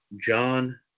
John